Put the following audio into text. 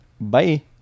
Bye